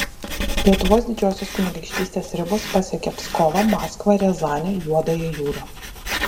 lietuvos didžiosios kunigaikštystės ribos pasiekė pskovą maskvą riazanę juodąją jūrą